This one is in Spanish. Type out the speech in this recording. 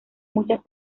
muchas